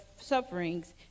sufferings